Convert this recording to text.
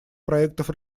проектов